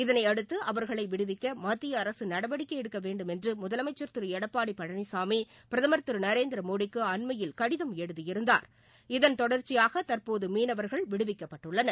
இதளையடுத்துஅவர்களைவிடுவிக்கமத்திய அரசுநடவடிக்கைஎடுக்கவேண்டுமென்றுமுதலமைச்சர் திருஎடப்பாடிபழனிசாமிபிரதமர் திருநரேந்திரமோடிக்குஅண்மையில் கடிதம் எழுதியிருந்தார் இதன் தொடர்ச்சியாகதற்போதமீனவர்கள் விடுவிக்கப்பட்டுள்ளனர்